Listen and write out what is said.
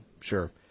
Sure